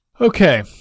Okay